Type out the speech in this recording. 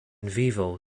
vivo